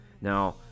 Now